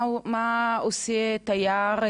מה עושה תייר,